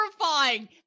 terrifying